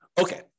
Okay